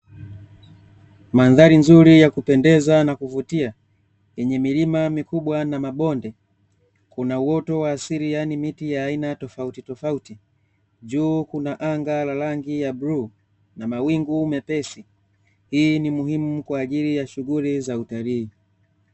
Mandhari nzuri ya kupendeza na kuvutia, yenye milima mikubwa na mabonde. Kuna uoto wa asili, yani miti ya aina tofauti tofauti. Juu kuna anga la rangi ya bluu na mawingu mepesi. Hii ni muhimu kwa ajili ya shughuli za utalii.